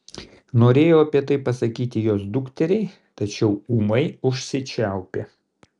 norėjo apie tai pasakyti jos dukteriai tačiau ūmai užsičiaupė